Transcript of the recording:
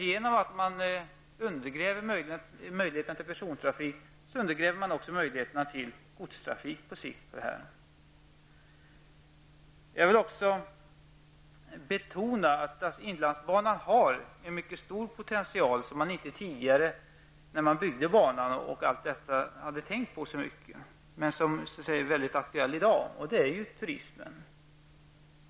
Genom att man undergräver möjligheten till persontrafik undergräver man också möjligheten till godstrafik på sikt. Jag vill också betona att inlandsbanan har en mycket stor potential som man inte tänkt på så mycket tidigare, men som är väldigt aktuell i dag, nämligen när det gäller turismen.